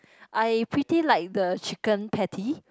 I pretty like the chicken patty